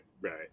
right